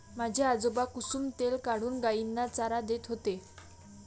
माझे आजोबा कुसुम तेल काढून गायींना चारा देत होते